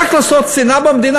רק לעשות שנאה במדינה,